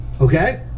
Okay